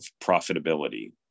profitability